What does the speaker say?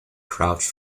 crouch